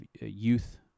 youth